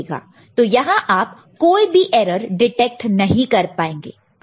तो यहां आप कोई भी एरर डिटेक्ट नहीं कर पाएंगे